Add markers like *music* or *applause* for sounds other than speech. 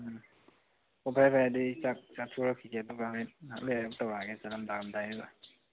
ꯎꯝ ꯑꯣ ꯐꯔꯦ ꯐꯔꯦ ꯑꯗꯨꯗꯤ ꯆꯥꯛ ꯆꯥꯊꯣꯔꯛꯈꯤꯒꯦ ꯑꯗꯨꯒ ꯍꯣꯔꯦꯟ ꯉꯥꯏꯍꯥꯛ ꯂꯩꯔꯒ ꯇꯧꯔꯛꯑꯒꯦ *unintelligible* ꯗꯥꯏꯗꯨꯗ